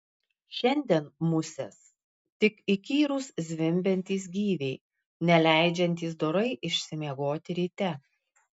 šiandien musės tik įkyrūs zvimbiantys gyviai neleidžiantys dorai išsimiegoti ryte